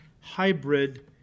hybrid